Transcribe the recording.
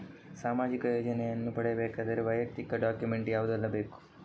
ಸಾಮಾಜಿಕ ಯೋಜನೆಯನ್ನು ಪಡೆಯಬೇಕಾದರೆ ವೈಯಕ್ತಿಕ ಡಾಕ್ಯುಮೆಂಟ್ ಯಾವುದೆಲ್ಲ ಬೇಕು?